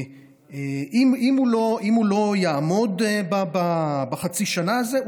אם הוא לא יעמוד בחצי שנה הזאת,